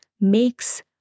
makes